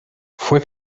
fue